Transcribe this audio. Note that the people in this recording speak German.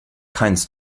keins